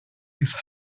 his